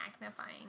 magnifying